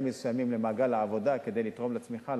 מסוימים למעגל העבודה כדי לתרום לצמיחה,